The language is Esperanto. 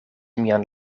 mian